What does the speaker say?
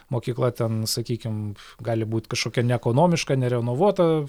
mokykla ten sakykim gali būt kažkokia neekonomiška nerenovuota